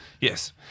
Yes